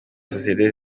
sosiyete